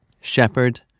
shepherd